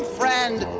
friend